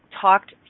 talked